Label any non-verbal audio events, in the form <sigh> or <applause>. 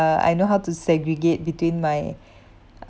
uh I know how to segregate between my <noise>